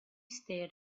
stared